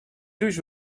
thús